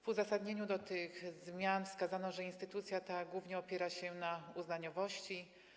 W uzasadnieniu tych zmian wskazano, że instytucja ta głównie opiera się na uznaniowości.